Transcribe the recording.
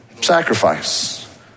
sacrifice